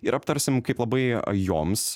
ir aptarsim kaip labai a joms